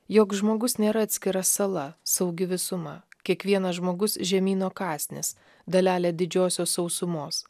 joks žmogus nėra atskira sala saugi visuma kiekvienas žmogus žemyno kąsnis dalelė didžiosios sausumos